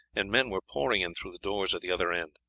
and men were pouring in through the doors at the other end.